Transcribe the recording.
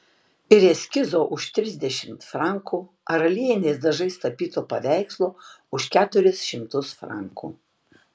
ir eskizo už trisdešimt frankų ar aliejiniais dažais tapyto paveikslo už keturis šimtus frankų